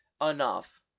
enough